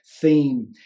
theme